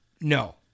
No